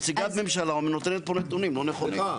נציגת ממשלה נותנת פה נתונים לא נכונים.